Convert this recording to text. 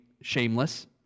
shameless